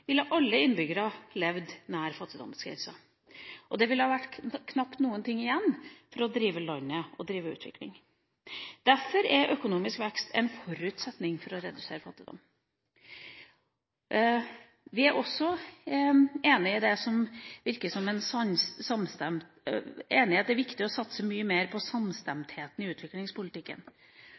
ville alle innbyggerne levd nær fattigdomsgrensa, og det ville knapt være noe igjen til å drive landet og drive utvikling. Derfor er økonomisk vekst en forutsetning for å redusere fattigdom. Vi er også enig i at det er viktig å satse mye mer på samstemtheten i utviklingspolitikken.